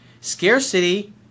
Scarcity